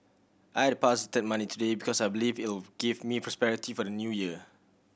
I deposited money today because I believe it will give me prosperity for the New Year